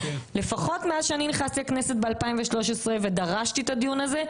לפחות מאז שאני נכנסתי לכנסת ב-2013 ודרשתי את הדיון הזה,